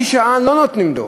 אם זה עד חצי שעה לא נותנים דוח.